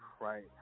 right